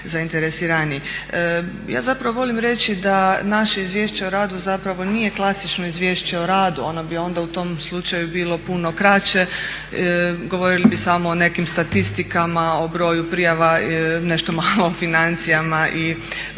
Ja zapravo volim reći da naše izvješće o radu zapravo nije klasično izvješće o radu, ono bi onda u tom slučaju bilo puno kraće, govorili bi samo o nekim statistikama, o broju prijava, nešto malo o financijama itd.